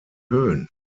höhen